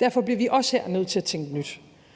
Derfor bliver vi også her nødt til at tænke nyt.